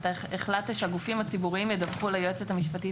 הגופים הציבוריים ידווחו ליועצת המשפטית